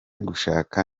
gushaka